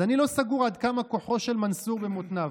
אז אני לא סגור עד כמה כוחו של מנסור במותניו.